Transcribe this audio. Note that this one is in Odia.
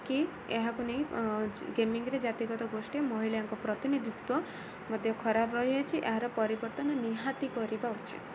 କି ଏହାକୁ ନେଇ ଗେମିଙ୍ଗରେ ଜାତିଗତ ଗୋଷ୍ଠୀ ମହିଳାଙ୍କ ପ୍ରତିନିଧିତ୍ୱ ମଧ୍ୟ ଖରାପ ରହିଅଛି ଏହାର ପରିବର୍ତ୍ତନ ନିହାତି କରିବା ଉଚିତ